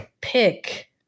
pick